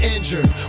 injured